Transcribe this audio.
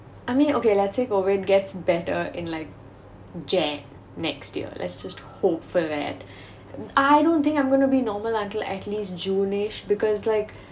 I mean okay let's say COVID gets better in like jan next year let's just hope for that I don't think I'm going to be normal until at least juneish because like